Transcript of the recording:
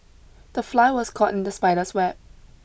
the fly was caught in the spider's web